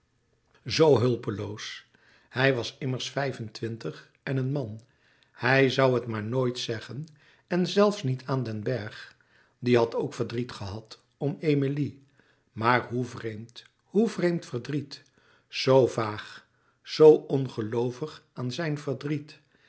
zoo hulpeloos hij was immers vijf-en-twintig en een man hij zoû het maar nooit zeggen en zelfs niet aan den bergh die had ook verdriet gehad om emilie maar hoe vreemd hoe vreemd verdriet zoo vaag zoo ongeloovig aan zijn verdriet